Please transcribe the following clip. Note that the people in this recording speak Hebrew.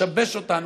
לשבש אותנו,